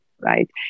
right